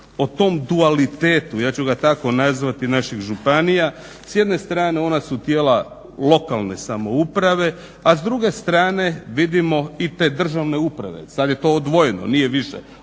o tom dualitetu, ja ću ga tako nazvati naših županija, s jedne strane ona su tijela lokalne samouprave, a s druge strane vidimo i te državne uprave, sad je to odvojeno nije više